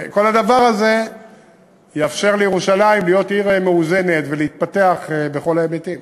כל הדבר הזה יאפשר לירושלים להיות עיר מאוזנת ולהתפתח בכל ההיבטים.